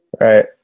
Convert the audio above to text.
Right